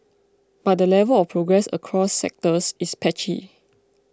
but the level of progress across sectors is patchy